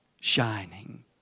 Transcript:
Shining